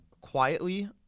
quietly